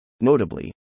Notably